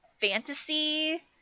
fantasy